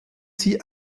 sie